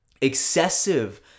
excessive